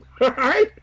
Right